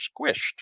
squished